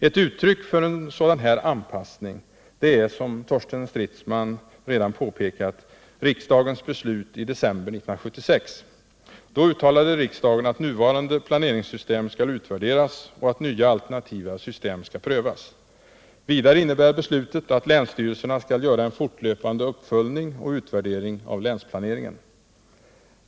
Ett uttryck för en sådan anpassning är, som Torsten Stridsman redan påpekat, riksdagens beslut i december 1976. Då uttalade riksdagen att nuvarande planeringssystem skall utvärderas och att nya alternativa system skall prövas. Vidare innebär beslutet att länsstyrelserna skall göra en fortlöpande uppföljning och utvärdering av länsplaneringen.